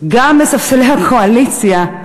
גם מספסלי הקואליציה,